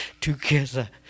together